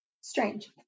strange